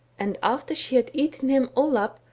and after she had eaten him all up,